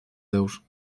déus